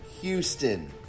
Houston